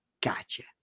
gotcha